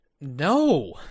No